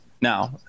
Now